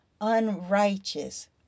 unrighteous